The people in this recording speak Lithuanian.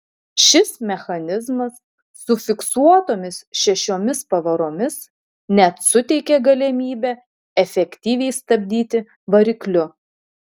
šis mechanizmas su fiksuotomis šešiomis pavaromis net suteikė galimybę efektyviai stabdyti varikliu